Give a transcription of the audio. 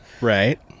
Right